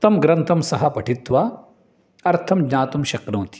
तं ग्रन्थं सः पठित्वा अर्थं ज्ञातुं शक्नोति